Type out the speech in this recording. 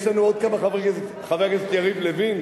יש לנו עוד כמה חברי כנסת: חבר הכנסת יריב לוין,